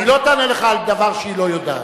היא לא תענה לך על דבר שהיא לא יודעת.